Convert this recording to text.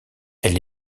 elle